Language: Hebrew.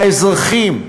האזרחים.